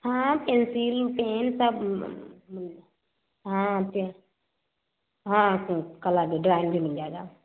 हाँ pencil pen सब हाँ पेन हाँ कलर भी मिल जाएगा